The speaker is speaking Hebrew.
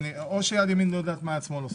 או שיד ימין לא יודעת מה עושה יד שמאל.